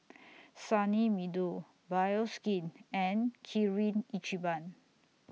Sunny Meadow Bioskin and Kirin Ichiban